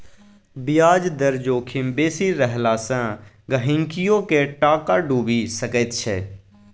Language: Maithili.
ब्याज दर जोखिम बेसी रहला सँ गहिंकीयोक टाका डुबि सकैत छै